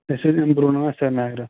أسۍ ٲسۍ اَمہِ برٛوٗنٛہہ اَنان سریٖنگرٕ